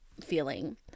feeling